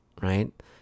right